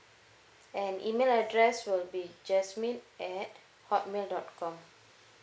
and email address will be jasmine at hotmail dot com